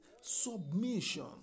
submission